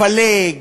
לפלג.